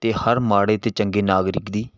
ਅਤੇ ਹਰ ਮਾੜੇ ਅਤੇ ਚੰਗੇ ਨਾਗਰਿਕ ਦੀ